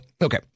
okay